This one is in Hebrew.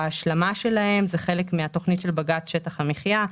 שההשלמה שלהם זה חלק מתוכנית בג"ץ, שטח המחיה.